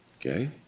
Okay